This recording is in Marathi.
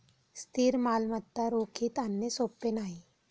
स्थिर मालमत्ता रोखीत आणणे सोपे नाही